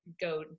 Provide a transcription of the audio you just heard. go